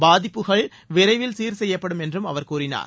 பாதிப்புகள் விரைவில் சீர் செய்யப்படும் என்றும் அவர் கூறினார்